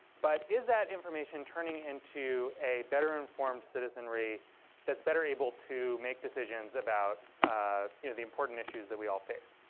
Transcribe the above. but, is that information turning into a better-informed citizenry that's better able to make decisions about ah you know the important issues that we all face?